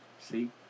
see